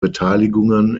beteiligungen